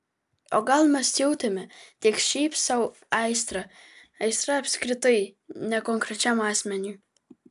o gal mes jautėme tik šiaip sau aistrą aistrą apskritai ne konkrečiam asmeniui